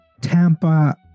Tampa